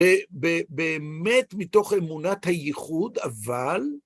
באמת מתוך אמונת הייחוד, אבל...